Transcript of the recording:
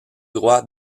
droits